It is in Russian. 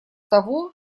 того